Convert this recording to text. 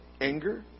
anger